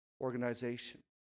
organization